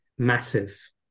Massive